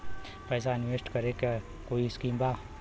पैसा इंवेस्ट करे के कोई स्कीम बा?